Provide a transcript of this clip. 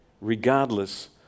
regardless